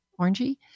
orangey